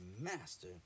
Master